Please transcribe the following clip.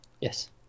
yes